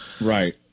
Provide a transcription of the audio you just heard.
Right